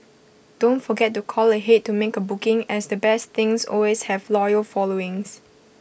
don't forget to call ahead to make A booking as the best things always have loyal followings